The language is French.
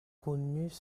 connues